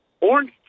Orange